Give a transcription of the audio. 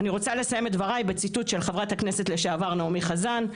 אני רוצה לסיים את דברי בציטוט של חברת הכנסת לשעבר נעמי חזן,